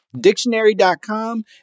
Dictionary.com